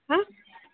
ಹಾಂ